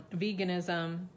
Veganism